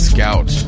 Scout